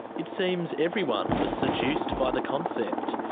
it seems everyone was seduced by the concept,